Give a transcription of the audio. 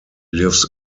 lives